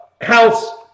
House